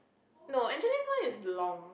no actually one is long